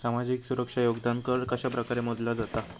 सामाजिक सुरक्षा योगदान कर कशाप्रकारे मोजलो जाता